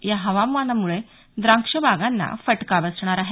या हवामानामुळे द्राक्ष बागांना फटका बसणार आहे